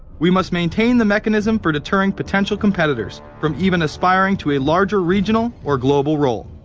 we must maintain the mechanism. for deterring potential competitors. from even aspiring to a larger regional or global role.